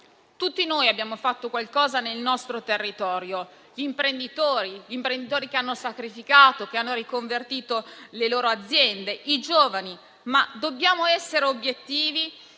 Tutti noi abbiamo fatto qualcosa nel nostro territorio: gli imprenditori che hanno sacrificato e riconvertito le loro aziende, i giovani. Dobbiamo però essere obiettivi